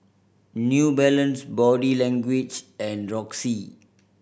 New Balance Body Language and Roxy